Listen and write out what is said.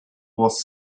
was